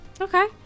Okay